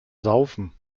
saufen